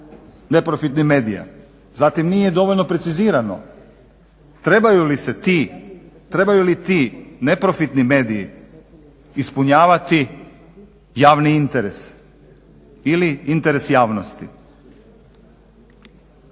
neprofitnih medija? Zatim nije dovoljno precizirano trebaju li ti neprofitni mediji ispunjavati javni interes ili interes javnosti?